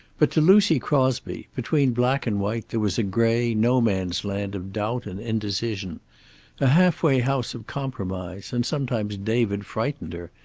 but to lucy crosby, between black and white there was a gray no-man's land of doubt and indecision a half-way house of compromise, and sometimes david frightened her.